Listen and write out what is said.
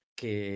che